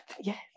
yes